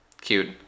Cute